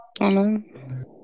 Amen